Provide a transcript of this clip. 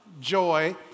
joy